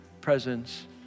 presence